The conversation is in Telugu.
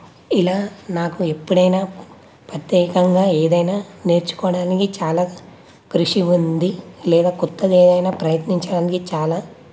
ఇలా నాకు ఎప్పుడైనా ప్రత్యేకంగా ఏదైనా నేర్చుకోవడానికి చాలా కృషి ఉంది లేదా క్రొత్తది ఏదైనా ప్రయత్నించడానికి చాలా